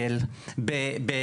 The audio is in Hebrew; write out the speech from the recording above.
שקל.